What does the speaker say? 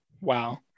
Wow